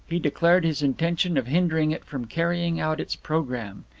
he declared his intention of hindering it from carrying out its programme.